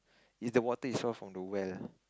is the water is all from the well